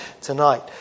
tonight